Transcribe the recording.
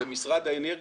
שבמשרד האנרגיה,